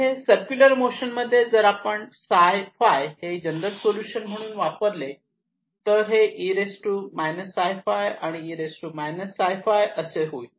इथे circular motion मध्ये जर आपण ψφ हे जनरल सोल्युशन म्हणून वापरले तर हे e imφ आणि e imφ असे होईल